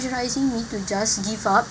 pressurising me to just give up